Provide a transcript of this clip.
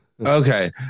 Okay